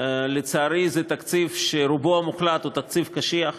לצערי, זה תקציב שרובו המוחלט הוא תקציב קשיח,